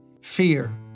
fear